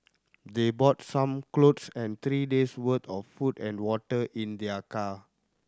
they brought some cloth and three day's worth of food and water in their car